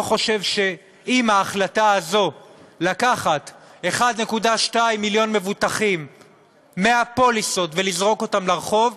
ההחלטה הזו לקחת 1.2 מיליון מבוטחים מהפוליסות ולזרוק אותם לרחוב,